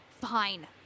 fine